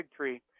Bigtree